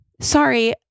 Sorry